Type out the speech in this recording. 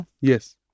Yes